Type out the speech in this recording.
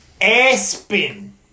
Aspen